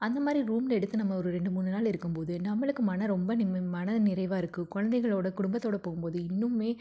அந்த மாதிரி ரூம் எடுத்து நம்ம ஒரு ரெண்டு மூணு நாள் இருக்கும் போது நம்மளுக்கு மன ரொம்ப நிம் மனநிறைவாக இருக்கும் குழந்தைகளோட குடும்பத்தோடு போகும் போது இன்னமுமே